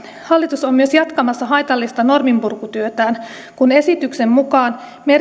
hallitus on myös jatkamassa haitallista norminpurkutyötään kun esityksen mukaan